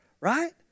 Right